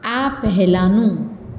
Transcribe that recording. આ પહેલાનું